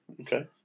Okay